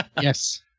Yes